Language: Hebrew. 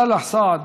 סאלח סעד,